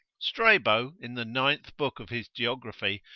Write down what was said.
strabo in the ninth book of his geography,